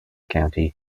county